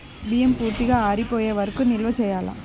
బియ్యం పూర్తిగా ఆరిపోయే వరకు నిల్వ చేయాలా?